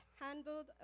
handled